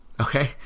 Okay